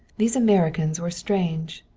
these americans were strange.